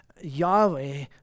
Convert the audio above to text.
Yahweh